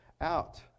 out